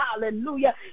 Hallelujah